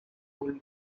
soul